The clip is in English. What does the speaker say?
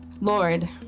Lord